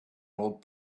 old